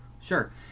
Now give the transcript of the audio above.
Sure